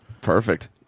perfect